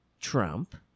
Trump